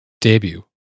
debut